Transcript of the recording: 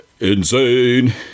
insane